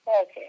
Okay